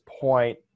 point